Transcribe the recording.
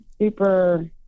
super